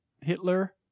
Hitler